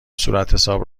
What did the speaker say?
صورتحساب